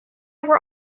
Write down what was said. were